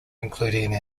including